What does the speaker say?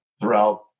throughout